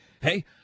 Hey